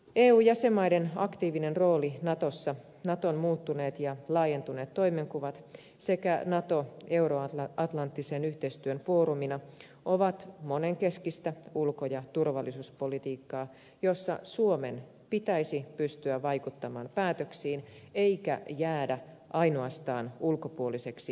eu jäsenmaiden aktiivinen rooli natossa naton muuttuneet ja laajentuneet toimenkuvat sekä nato euroatlanttisen yhteistyön foorumina ovat monenkeskistä ulko ja turvallisuuspolitiikkaa jossa suomen pitäisi pystyä vaikuttamaan päätöksiin eikä jäädä ainoastaan ulkopuoliseksi vastuunkantajaksi